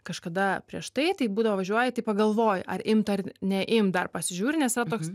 kažkada prieš tai tai būdavo važiuoji tai pagalvoji ar imt ar neimt dar pasižiūri nes toks